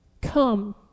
come